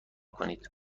کنید